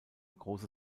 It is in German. große